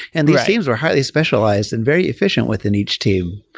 and these teams were highly specialized and very efficient within each team.